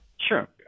Sure